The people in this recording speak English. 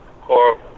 core